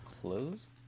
close